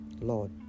Lord